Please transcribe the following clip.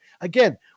Again